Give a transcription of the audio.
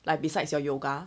like besides your yoga